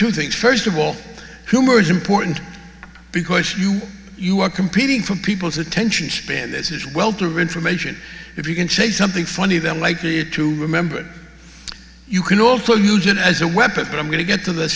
two things first of all humor is important because you you are competing for people's attention span this is wealth of information if you can say something funny then like you to remember it you can also use it as a weapon but i'm going to get to the